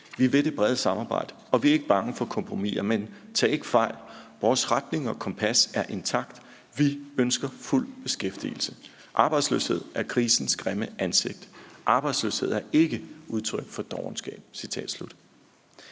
»Vi vil det brede samarbejde, og vi er ikke bange for kompromiser, men tag ikke fejl: Vores retning og kompas er intakt. Vi ønsker fuld beskæftigelse. Arbejdsløshed er krisens grimme ansigt. Arbejdsløshed er ikke udtryk for dovenskab.«